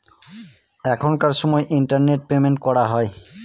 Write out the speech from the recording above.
এখনকার সময় internet payment করা হয়